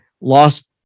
lost